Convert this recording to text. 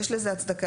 יש לזה הצדקה,